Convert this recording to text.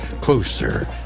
closer